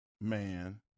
man